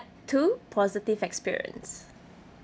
two positive experience